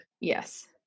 Yes